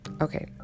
okay